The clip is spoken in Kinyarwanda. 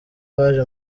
waje